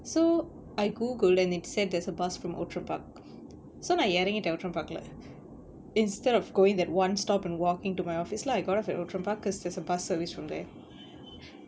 so I googled and it said there's a bus from outram park so நா இறங்கிட்டேன்:naa irangittaen outram park lah instead of going that one stop and walking to my office lah I got off at outram park cause there's a bus service from there